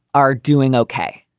are doing okay.